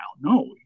No